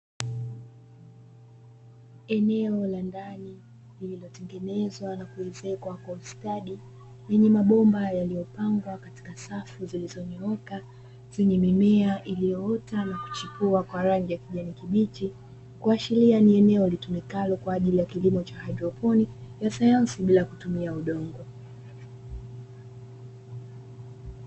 Eneo la ndani lililotengenezwa na kuezekwa kwa ustadi yenye mabomba yaliyopangwa katika safu zilizonyooka, zenye mimea iliyoota na kuchipua kwa rangi ya kijani kibichi, kuashiria ni eneo litumikalo kwa ajili ya kilimo cha haidroponi ya sayansi bila kutumia udongo.